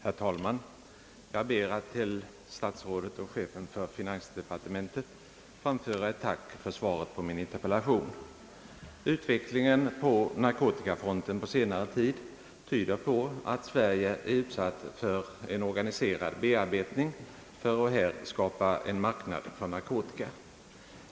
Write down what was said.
Herr talman! Jag ber att till statsrådet och chefen för finansdepartementet få framföra ett tack för svaret på min interpellation. Utvecklingen på narkotikafronten under senare tid tyder på att Sverige är utsatt för en organiserad bearbetning i syfte att här skapa en marknad för narkotika.